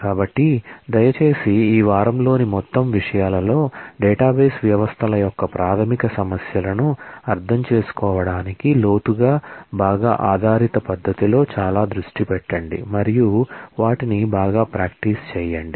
కాబట్టి దయచేసి ఈ వారంలోని మొత్తం విషయాలలో డేటాబేస్ వ్యవస్థల యొక్క ప్రాథమిక సమస్యలను అర్థం చేసుకోవడానికి లోతుగా బాగా ఆధారిత పద్ధతిలో చాలా దృష్టి పెట్టండి మరియు వాటిని బాగా ప్రాక్టీస్ చేయండి